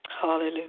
Hallelujah